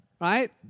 right